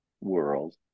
world